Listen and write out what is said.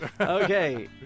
Okay